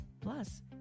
Plus